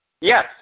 Yes